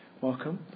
welcome